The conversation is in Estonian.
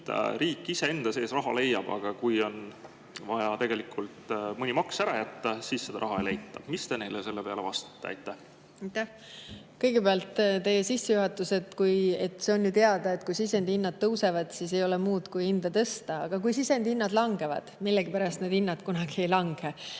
riik iseenda sees raha leiab, aga kui on vaja tegelikult mõni maks ära jätta, siis seda raha ei leita. Mis te neile selle peale vastate? Aitäh! Kõigepealt teie sissejuhatus, et see on ju teada, et kui sisendhinnad tõusevad, siis ei ole muud [teha], kui [lõpp]hinda tõsta. Aga kui sisendhinnad langevad, millegipärast [lõpp]hinnad kunagi ei lange.